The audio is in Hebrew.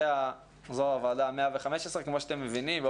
זו הוועדה ה- 115 כמו שאתם מבינים,